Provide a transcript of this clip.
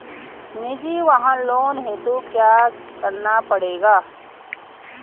निजी वाहन लोन हेतु क्या करना पड़ेगा?